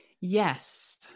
Yes